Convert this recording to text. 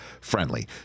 friendly